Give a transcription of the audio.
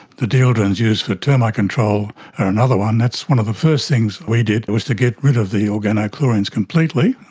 the dieldrins used for termite control are another one. that's one of the first things we did, was to get rid of the organochlorines completely.